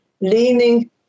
leaning